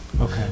okay